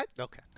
Okay